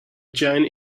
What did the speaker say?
giant